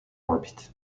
orbit